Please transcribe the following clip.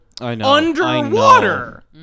Underwater